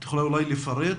מדובר?